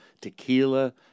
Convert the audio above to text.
tequila